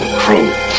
crew